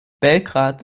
belgrad